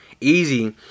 Easy